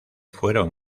fueron